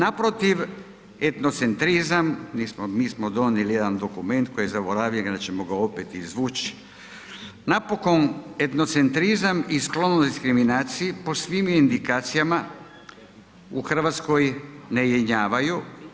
Naprotiv etnocentrizam, mi smo donijeti jedan dokument koji je zaboravljen, onda ćemo ga opet izvući, napokon etnocentrizam i sklonost diskriminaciji po svim indikacijama u Hrvatskoj ne jenjavaju.